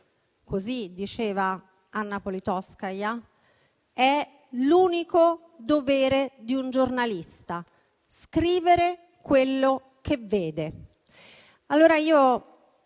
così diceva Anna Politkovskaja - è l'unico dovere di un giornalista: scrivere quello che vede.